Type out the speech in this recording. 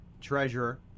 treasurer